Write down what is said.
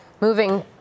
moving